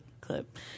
clip